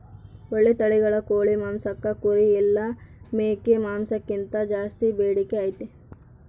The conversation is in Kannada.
ಓಳ್ಳೆ ತಳಿಗಳ ಕೋಳಿ ಮಾಂಸಕ್ಕ ಕುರಿ ಇಲ್ಲ ಮೇಕೆ ಮಾಂಸಕ್ಕಿಂತ ಜಾಸ್ಸಿ ಬೇಡಿಕೆ ಐತೆ